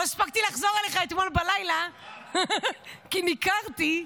לא הספקתי לחזור אליך אתמול בלילה כי ניקרתי,